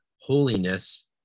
holiness